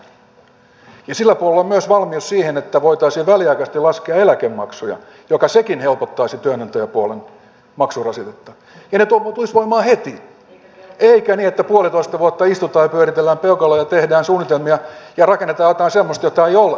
sillä puolella on myös valmius siihen että voitaisiin väliaikaisesti laskea eläkemaksuja mikä sekin helpottaisi työnantajapuolen maksurasitetta ja ne tulisivat voimaan heti eikä niin että puolitoista vuotta istutaan pyöritellään peukaloita tehdään suunnitelmia ja rakennetaan jotain semmoista mitä ei ole